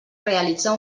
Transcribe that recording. realitzar